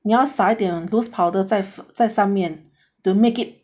你要撒一点 loose powder 在在上面 to make it